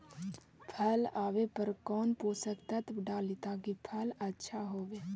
फल आबे पर कौन पोषक तत्ब डाली ताकि फल आछा होबे?